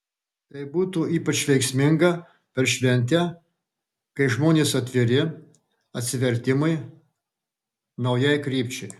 tai būtų ypač veiksminga per šventę kai žmonės atviri atsivertimui naujai krypčiai